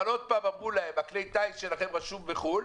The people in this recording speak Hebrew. אבל אמרו להם שכלי הטיס שלהם רשום בחו"ל,